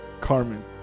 Carmen